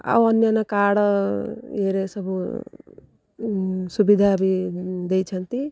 ଆଉ ଅନ୍ୟାନ୍ୟ କାର୍ଡ଼୍ ଇଏରେ ସବୁ ସୁବିଧା ବି ଦେଇଛନ୍ତି